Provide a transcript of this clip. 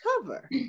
cover